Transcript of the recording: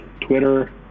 Twitter